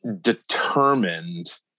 determined